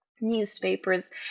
newspapers